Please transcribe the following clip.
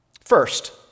First